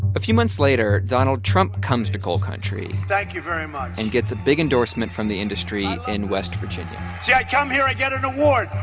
a few months later, donald trump comes to coal country. thank you very much. and gets a big endorsement from the industry in west virginia see, i come here. i get an award.